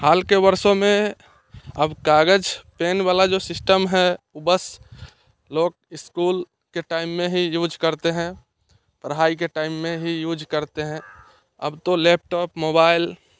हाल के वर्षों में अब कागज पेन वाला जो सिस्टम है वो बस लोग इस्कूल के टाइम में ही यूज़ करते हैं पढ़ाई के टाइम में ही यूज़ करते करते हैं अब तो लैपटॉप मोबाइल